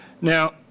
Now